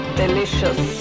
delicious